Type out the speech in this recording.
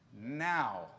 now